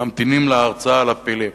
ממתינים להרצאה על הפילים.